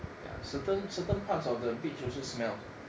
ya certain certain part of the beach also smells